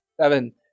Seven